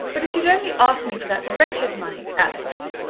but if you'd only asked me for that wretched money, alex!